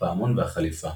הפעמון והחליפה.